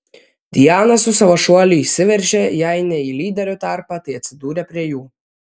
diana su savo šuoliu įsiveržė jei ne į lyderių tarpą tai atsidūrė prie jų